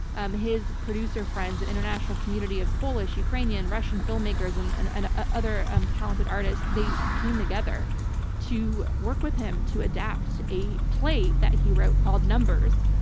um his producer friends and international community of polish, ukrainian, russian filmmakers and and and ah other um talented artists, they came together to work with him to adapt a play that he wrote called numbers,